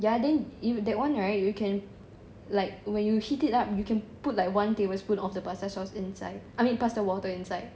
ya then you that one right you can like when you heat it up you can put like one tablespoon of the pasta sauce inside I mean pasta water inside